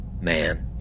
man